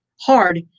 hard